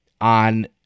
on